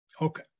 Okay